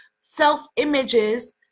self-images